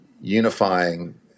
unifying